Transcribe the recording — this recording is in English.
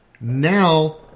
now